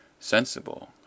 sensible